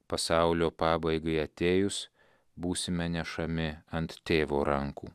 pasaulio pabaigai atėjus būsime nešami ant tėvo rankų